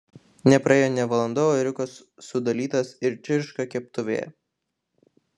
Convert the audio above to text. nepraėjo nė valanda o ėriukas sudalytas ir čirška keptuvėje